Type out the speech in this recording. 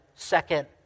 second